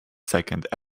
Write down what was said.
second